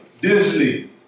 Disney